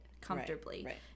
comfortably